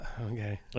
okay